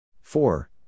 four